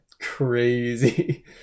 crazy